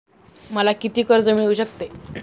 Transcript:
मला किती कर्ज मिळू शकते?